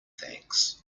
thanks